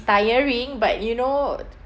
tiring but you know